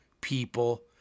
people